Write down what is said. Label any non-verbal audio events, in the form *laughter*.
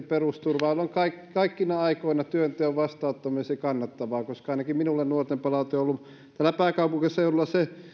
*unintelligible* perusturvaa jolloin kaikkina aikoina työnteon vastaanottaminen olisi kannattavaa koska ainakin minulle nuorten palaute on ollut täällä pääkaupunkiseudulla se